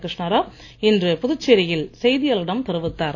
கிருஷ்ணாராவ் இன்று புதுச்சேரியில் செய்தியாளர்களிடம் தெரிவித்தார்